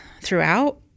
throughout